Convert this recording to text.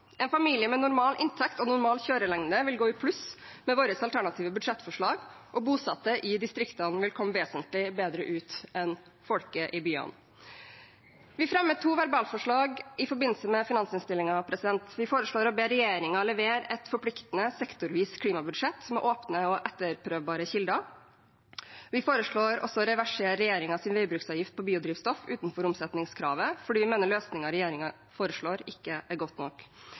En familie med normal inntekt og normal kjørelengde vil gå i pluss med vårt alternative budsjettforslag, og bosatte i distriktene vil komme vesentlig bedre ut enn folk i byene. Vi fremmer to verbalforslag i forbindelse med finansinnstillingen. Vi foreslår å be regjeringen levere et forpliktende, sektorvis klimabudsjett, med åpne og etterprøvbare kilder. Vi foreslår også å reversere regjeringens veibruksavgift på biodrivstoff utenfor omsetningskravet fordi vi mener løsningen regjeringen foreslår, ikke er god nok.